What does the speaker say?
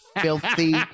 filthy